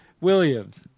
Williams